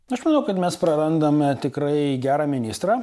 aš manau kad mes prarandame tikrai gerą ministrą